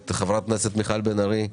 אני מברך את חברת הכנסת מירב בן ארי,